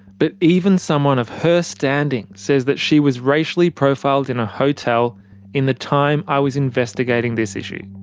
but even someone of her standing says that she was racially profiled in a hotel in the time i was investigating this issue.